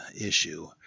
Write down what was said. issue